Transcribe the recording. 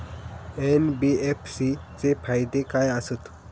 NBFC चे फायदे खाय आसत?